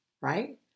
Right